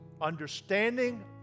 understanding